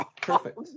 perfect